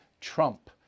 Trump